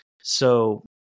So-